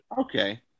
Okay